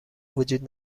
وجود